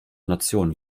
nationen